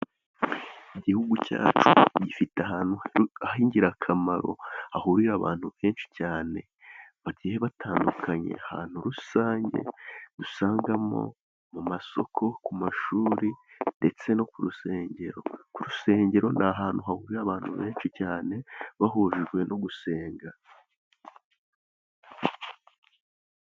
Igihugu cyacu gifite ahantu h'ingirakamaro, hahurira abantu benshi cyane bagiye batandukanye, ahantu rusange dusangamo amasoko, ku mashuri ndetse no ku rusengero, ku rusengero ni ahantu hahurira abantu benshi cyane bahujwe no gusenga.